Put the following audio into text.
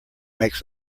makes